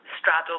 straddle